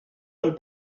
hem